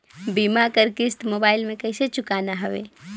बीमा कर किस्त मोबाइल से कइसे चुकाना हवे